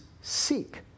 seek